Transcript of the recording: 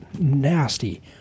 nasty